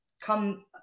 come